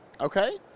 Okay